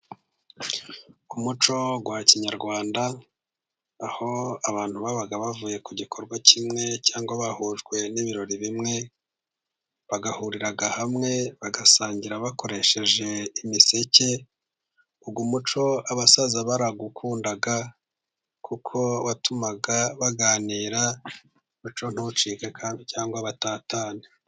Mu muco wa kinyarwanda aho abantu babaga bavuye ku gikorwa kimwe cyangwa bahujwe n'ibirori bimwe, bagahurira hamwe bagasangira bakoresheje imiseke. Uwo muco abasaza barawukundaga kuko watumaga baganira, umuco ntucike kandi cyangwa ngo batatane.